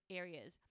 areas